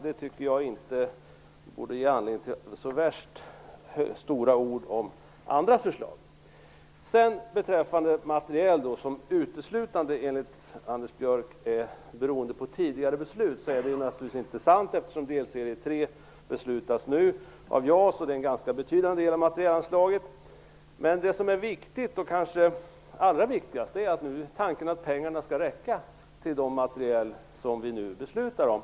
Jag tycker inte att det ger anledning till så särskilt stora ord om andra förslag. Vad sedan beträffar att materiel enligt Anders Björck uteslutande beror på tidigare beslut vill jag säga att det naturligtvis inte är sant, eftersom delserie 3 av JAS beslutas nu. Det är en ganska betydande del av materielanslaget. Men det som är kanske allra viktigast är att pengarna skall räcka till den materiel som vi nu beslutar om.